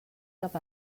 cap